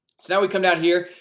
so now we come down here.